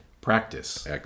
Practice